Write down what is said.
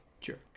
jerk